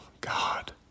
God